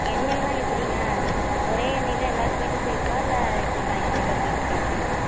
எண்ணெயெலாம் எப்படிங்க ஒரே எண்ணெயில் எல்லா ஸ்வீட்டும் செய்கிறதா இல்லை எப்படி தனிப்பட்ட முறையில் சேர்க்குறீங்களா